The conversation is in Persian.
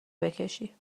بکشی